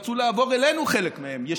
חלק מהם רצו לעבור אלינו ישירות,